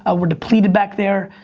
ah we're depleted back there,